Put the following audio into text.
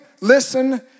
listen